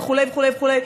וכו' וכו' וכו'.